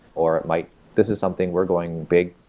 or it might this is something we're going big.